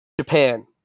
Japan